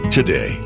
Today